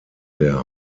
der